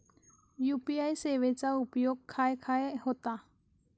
UPI सेवेचा उपयोग खाय खाय होता?